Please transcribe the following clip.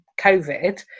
Covid